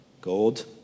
Gold